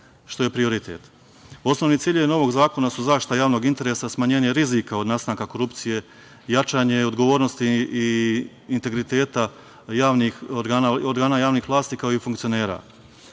što je prioritet. Osnovni ciljevi novog zakona su zaštita javnog interesa, smanjenje rizika od nastanka korupcije, jačanje odgovornosti i integriteta organa javnih vlasti, kao i funkcionera.